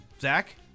Zach